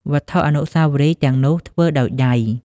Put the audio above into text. វត្ថុអនុស្សាវរីយ៍ទាំងនោះធ្វើដោយដៃ។